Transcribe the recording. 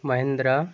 Mahindra